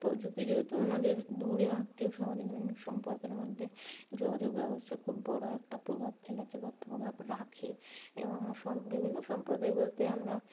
প্রযুক্তি যেহেতু আমাদের দূরের আত্মীয় সহজীবন সম্পর্কের মধ্যে যোগাযোগ ব্যবস্থা খুব বড়ো একটা প্রভাব ফেলেছে বা প্রভাব রাখে এবং বিভিন্ন সম্প্রদায় বলতে আমরা